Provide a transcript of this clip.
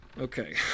Okay